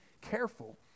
careful